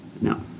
No